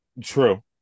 True